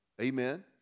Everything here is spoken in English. Amen